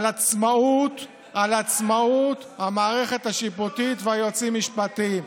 הם דיברו על עצמאות המערכת השיפוטית והיועצים המשפטיים.